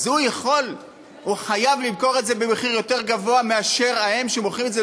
אז הוא חייב למכור את זה במחיר גבוה יותר מאשר הם שמוכרים את זה,